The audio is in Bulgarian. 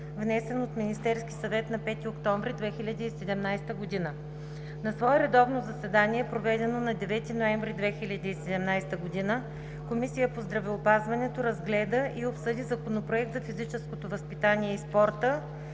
внесен от Министерския съвет на 5 октомври 2017 г. На свое редовно заседание, проведено на 9 ноември 2017 г., Комисията по здравеопазването разгледа и обсъди Законопроект за физическото възпитание и спорта,